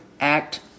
act